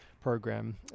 program